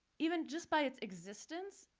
even just by its existence